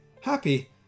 happy